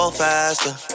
faster